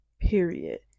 period